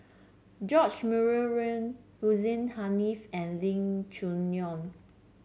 George Murray Reith Hussein Haniff and Lee Choo Neo